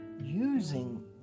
using